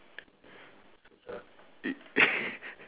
ya